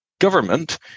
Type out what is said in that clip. government